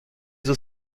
eaux